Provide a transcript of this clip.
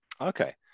Okay